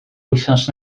wythnos